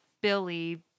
Billy